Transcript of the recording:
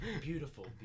beautiful